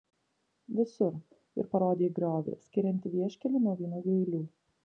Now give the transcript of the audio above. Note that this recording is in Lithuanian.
visur ir parodė į griovį skiriantį vieškelį nuo vynuogių eilių